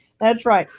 that's right.